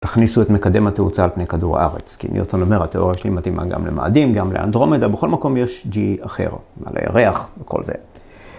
תכניסו את מקדם התאוצה על פני כדור הארץ, כי ניוטון אמר, התיאוריה שלי מתאימה גם למאדים, גם לאנדרומדה, בכל מקום יש ג'י אחר על הירח וכל זה...